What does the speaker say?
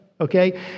Okay